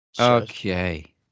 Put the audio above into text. Okay